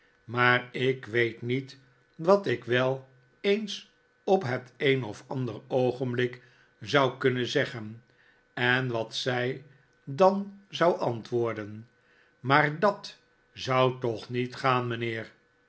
maar ik weet niet wat ik wel eens op het een of andere oogenblik zou kunnen zeggen en wat zij dan zou antwoorden maar dat zou togh niet gaan mijnheer